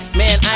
man